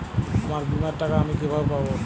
আমার বীমার টাকা আমি কিভাবে পাবো?